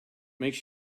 makes